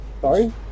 Sorry